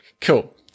Cool